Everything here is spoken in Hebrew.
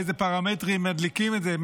באיזה פרמטרים מדליקים את זה?